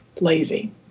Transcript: lazy